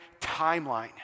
timeline